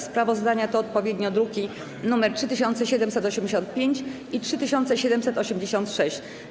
Sprawozdania to odpowiednio druki nr 3785 i 3786.